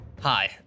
Hi